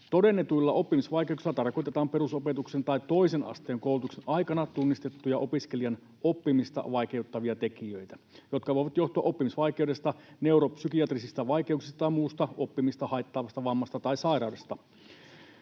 Todennetuilla oppimisvaikeuksilla tarkoitetaan perusopetuksen tai toisen asteen koulutuksen aikana tunnistettuja opiskelijan oppimista vaikeuttavia tekijöitä, jotka voivat johtua oppimisvaikeudesta, neuropsykiatrisista vaikeuksista tai muusta oppimista haittaavasta vammasta tai sairaudesta.